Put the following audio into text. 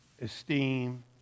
esteem